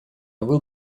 will